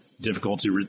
difficulty